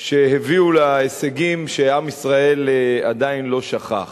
שהביאו להישגים שעם ישראל עדיין לא שכח.